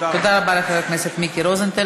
תודה רבה לחבר הכנסת מיקי רוזנטל.